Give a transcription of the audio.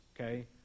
okay